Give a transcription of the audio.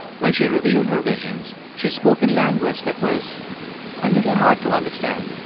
when she revealed her visions, she spoke in language that was a little hard to understand